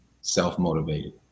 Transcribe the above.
self-motivated